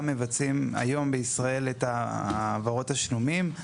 מבצעים היום בישראל את ההעברות התשלומים,